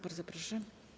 Bardzo proszę.